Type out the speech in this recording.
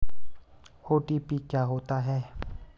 OTP क्या होता है?